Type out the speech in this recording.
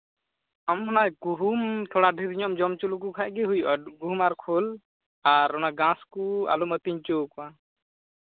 ᱟᱢ ᱛᱷᱚᱲᱟ ᱚᱱᱟ ᱜᱩᱦᱩᱢ ᱰᱷᱮᱹᱨ ᱧᱚᱜ ᱮᱢ ᱡᱚᱢ ᱦᱚᱪᱚ ᱞᱮᱠᱚ ᱠᱷᱟᱱ ᱜᱮ ᱦᱩᱭᱩᱜᱼᱟ ᱜᱩᱦᱩᱢ ᱟᱨ ᱠᱷᱳᱞ ᱟᱨ ᱚᱱᱟ ᱜᱷᱟᱥ ᱠᱚ ᱟᱞᱚᱢ ᱟᱹᱛᱤᱧ ᱦᱚᱪᱚ ᱠᱚᱣᱟ